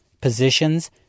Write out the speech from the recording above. positions